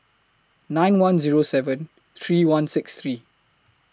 nine one Zero seven three one six three